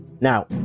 Now